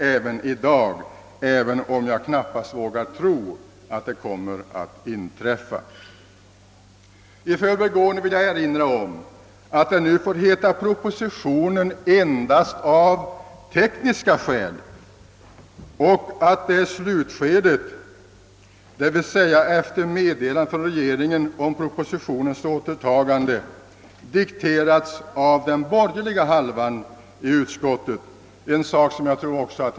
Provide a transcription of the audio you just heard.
Jag vill i förbigående erinra om att propositionen nu får heta proposition endast av »tekniska» skäl och att förslaget i slutskedet — d. v. s. efter regeringens meddelande om propositionens återtagande — har dikterats av utskottets borgerliga hälft. Socialdemokraterna i utskottet var inte ens med.